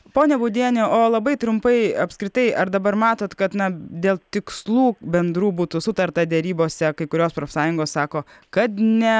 ponia būdiene o labai trumpai apskritai ar dabar matot kad na dėl tikslų bendrų būtų sutarta derybose kai kurios profsąjungos sako kad ne